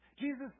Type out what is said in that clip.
Jesus